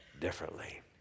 differently